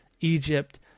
Egypt